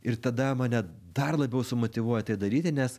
ir tada mane dar labiau sumotyvuoja tai daryti nes